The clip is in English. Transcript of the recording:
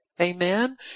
Amen